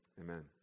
Amen